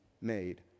made